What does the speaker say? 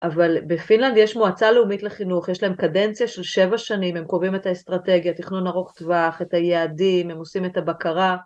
אבל בפינלנד יש מועצה לאומית לחינוך, יש להם קדנציה של 7 שנים, הם קובעים את האסטרטגיה, תכנון ארוך טווח, את היעדים, הם עושים את הבקרה